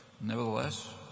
Nevertheless